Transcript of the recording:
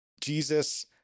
Jesus